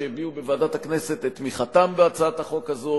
שהביעו בוועדת הכנסת את תמיכתם בהצעת החוק הזאת